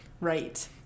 right